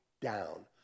down